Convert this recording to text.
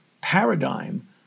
paradigm